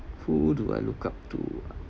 who do I look up to